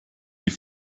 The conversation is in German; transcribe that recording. die